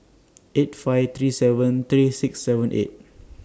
eight five three seven three six seven eight